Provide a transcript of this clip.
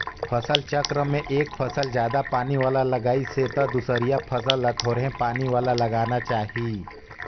फसल चक्र में एक फसल जादा पानी वाला लगाइसे त दूसरइया फसल ल थोरहें पानी वाला लगाना चाही